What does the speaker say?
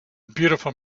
beautiful